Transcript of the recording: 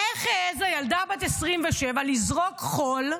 איך העזה ילדה בת 27 לזרוק חול,